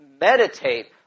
meditate